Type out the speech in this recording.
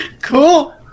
Cool